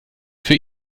für